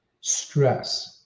stress